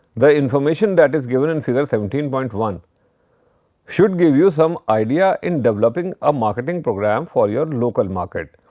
the information that is given in figure seventeen point one should give you some idea in developing a marketing program for your local market.